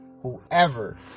whoever